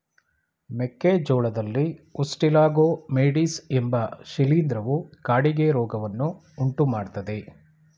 ಮೆಕ್ಕೆ ಜೋಳದಲ್ಲಿ ಉಸ್ಟಿಲಾಗೊ ಮೇಡಿಸ್ ಎಂಬ ಶಿಲೀಂಧ್ರವು ಕಾಡಿಗೆ ರೋಗವನ್ನು ಉಂಟುಮಾಡ್ತದೆ